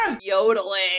yodeling